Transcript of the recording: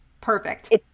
perfect